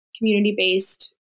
community-based